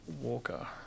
Walker